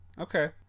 Okay